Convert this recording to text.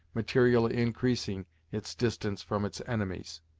materially increasing its distance from its enemies.